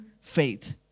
faith